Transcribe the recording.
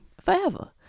forever